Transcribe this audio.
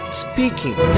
speaking